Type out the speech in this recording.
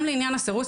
גם לעניין הסירוס,